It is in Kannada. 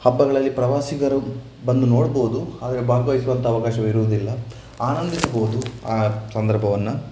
ಹಬ್ಬಗಳಲ್ಲಿ ಪ್ರವಾಸಿಗರು ಬಂದು ನೋಡಬಹುದು ಆದರೆ ಭಾಗವಹಿಸುವಂಥ ಅವಕಾಶವಿರುವುದಿಲ್ಲ ಆನಂದಿಸಬಹುದು ಆ ಸಂದರ್ಭವನ್ನು